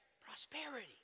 Prosperity